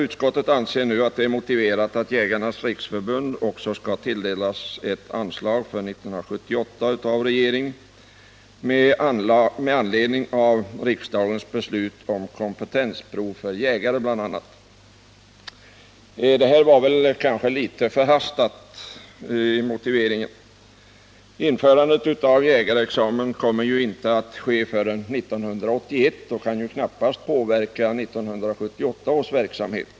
Utskottet anser nu att det är motiverat att Jägarnas riksförbund också tilldelas anslag för 1978 av regeringen, bl.a. med anledning av riksdagens beslut om kompetensprov för jägare. Den motiveringen är kanske litet förhastad. Införandet av jägarexamen kommer ju inte att ske förrän 1981 och kan knappast påverka 1978 års verksamhet.